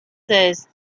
says